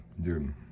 Dude